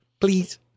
please